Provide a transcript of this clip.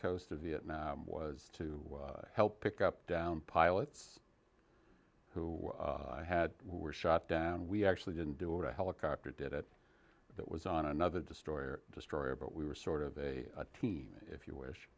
coast of vietnam was to help pick up downed pilots who had we were shot down we actually didn't do it a helicopter did it that was on another destroyer destroyer but we were sort of a team if you wish